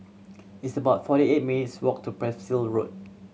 it's about forty eight minutes' walk to Percival Road